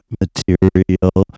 material